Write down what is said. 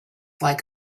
like